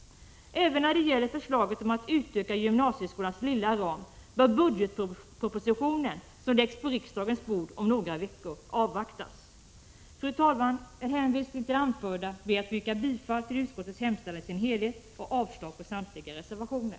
När det gäller förslaget om att utöka gymnasieskolans lilla ram, bör budgetpropositionen, som läggs på riksdagens bord om några veckor, avvaktas. Fru talman! Med hänvisning till det anförda ber jag att få yrka bifall till utskottets hemställan i dess helhet och avslag på samtliga reservationer.